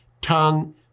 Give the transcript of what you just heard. tongue